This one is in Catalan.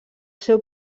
seu